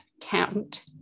count